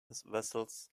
vessels